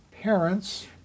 parents